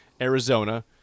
Arizona